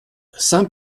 saint